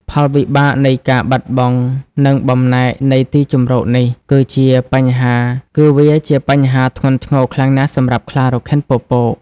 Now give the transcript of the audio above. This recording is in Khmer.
ផលវិបាកនៃការបាត់បង់ និងបំណែកនៃទីជម្រកនេះ គឺវាជាបញ្ហាធ្ងន់ធ្ងរខ្លាំងណាស់សម្រាប់ខ្លារខិនពពក។